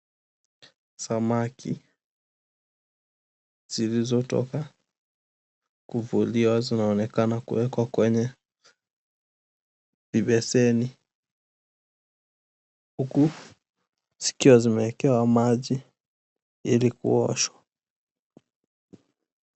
Samaki zilizotoka kuvuliwa zinaonekana kuwekwa kwenye beseni huku zikiwa zimeekewa maji ili kuoshwa.